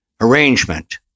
arrangement